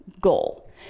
goal